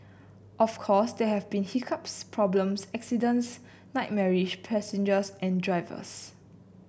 of course there have been hiccups problems accidents nightmarish passengers and drivers